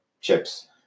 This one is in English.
chips